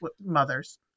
mothers